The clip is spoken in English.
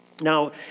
Now